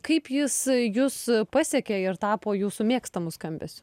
kaip jis jus pasiekė ir tapo jūsų mėgstamu skambesiu